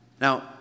Now